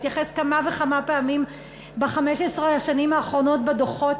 התייחס כמה וכמה פעמים ב-15 השנים האחרונות בדוחות